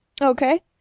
Okay